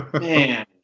man